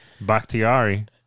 Bakhtiari